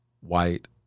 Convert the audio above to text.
white